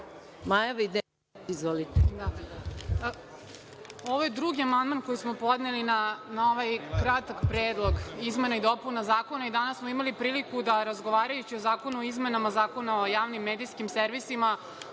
**Maja Videnović** Ovo je drugi amandman koji smo podneli na ovaj kratak Predlog izmena i dopuna zakona. Danas smo imali priliku da razgovarajući o zakonu o izmena Zakona o javnim medijskim servisima,